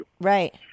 Right